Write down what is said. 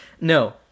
no